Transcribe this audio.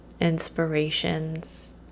inspirations